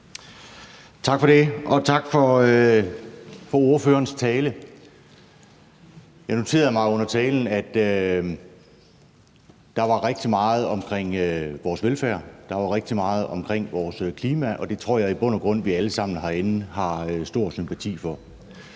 Tak for det, og tak for ordførerens tale. Jeg noterede mig under talen, at der var rigtig meget om vores velfærd, og at der var rigtig meget om vores klima, og det tror jeg i bund og grund vi alle sammen herinde har stor sympati for.